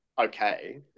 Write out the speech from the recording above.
okay